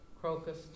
Crocus